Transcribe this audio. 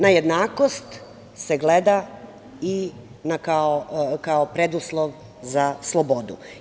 Na jednakost se gleda kao na preduslov za slobodu.